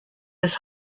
his